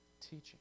Teaching